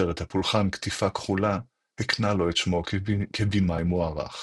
סרט הפולחן "קטיפה כחולה" הקנה לו את שמו כבמאי מוערך.